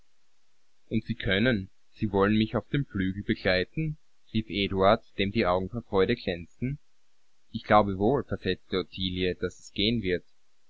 und sie können sie wollen mich auf dem flügel begleiten rief eduard dem die augen vor freude glänzten ich glaube wohl versetzte ottilie daß es gehen wird